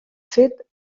fet